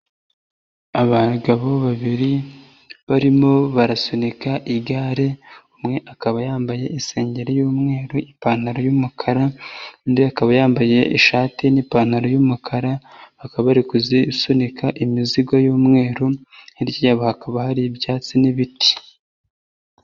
Abagabo babiri barimo barasunika igare umwe akaba yambaye isengeri y'umweru, ipantaro y'umukara undi akaba yambaye ishati n'ipantaro y'umukara bakaba bari kuzisunika imizigo y'umweru hirya hakaba hari ibyatsi n'ibiti.